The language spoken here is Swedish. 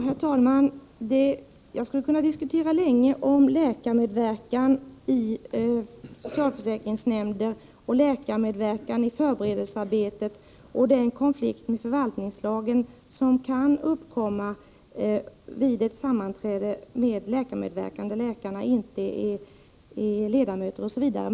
Herr talman! Jag skulle kunna diskutera länge om läkarmedverkan i socialförsäkringsnämnder, läkarmedverkan i förberedelsearbetet och den konflikt med förvaltningslagen som kan uppkomma vid ett sammanträde med läkarmedverkan, där läkarna inte är ledamöter, osv.